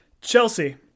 Chelsea